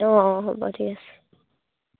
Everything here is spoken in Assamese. অঁ অঁ হ'ব ঠিক আছে